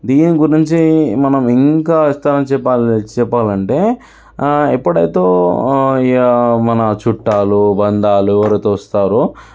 దీని గురించి మనం ఇంకా ఇస్తాను చెప్పాలి చెప్పాలంటే ఎప్పుడైతే ఇక మన చుట్టాలు బంధాలు ఎవరైతే వస్తారో